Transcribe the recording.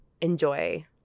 enjoy